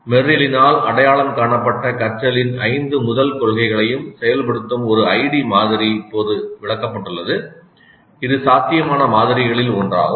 மெர்ரிலினால் அடையாளம் காணப்பட்ட கற்றலின் ஐந்து முதல் கொள்கைகளையும் செயல்படுத்தும் ஒரு ஐடி மாதிரி இப்போது விளக்கப்பட்டுள்ளது இது சாத்தியமான மாதிரிகளில் ஒன்றாகும்